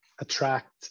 attract